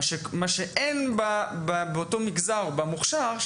מה שאין באותו המגזר במוכש"ר,